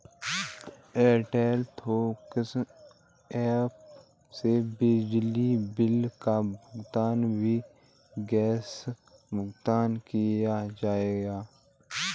Airtel thanks app से बिजली bill का भुगतान व गैस भुगतान कीजिए